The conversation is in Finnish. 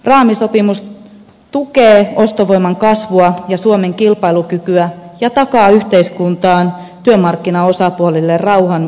raamisopimus tukee ostovoiman kasvua ja suomen kilpailukykyä ja takaa yhteiskuntaan työmarkkinaosapuolille rauhan muutamaksi vuodeksi